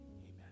Amen